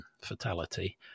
fatality